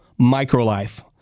Microlife